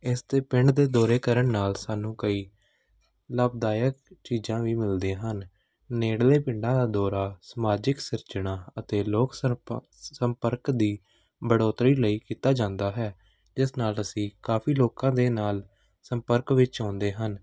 ਇਸ 'ਤੇ ਪਿੰਡ ਦੇ ਦੌਰੇ ਕਰਨ ਨਾਲ ਸਾਨੂੰ ਕਈ ਲਾਭਦਾਇਕ ਚੀਜ਼ਾਂ ਵੀ ਮਿਲਦੀਆਂ ਹਨ ਨੇੜਲੇ ਪਿੰਡਾਂ ਦਾ ਦੌਰਾ ਸਮਾਜਿਕ ਸਿਰਜਣਾ ਅਤੇ ਲੋਕ ਸੰਰਪਾ ਸੰਪਰਕ ਦੀ ਬੜੋਤਰੀ ਲਈ ਕੀਤਾ ਜਾਂਦਾ ਹੈ ਇਸ ਨਾਲ ਅਸੀਂ ਕਾਫੀ ਲੋਕਾਂ ਦੇ ਨਾਲ ਸੰਪਰਕ ਵਿੱਚ ਆਉਂਦੇ ਹਨ